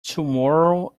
tomorrow